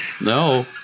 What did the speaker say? no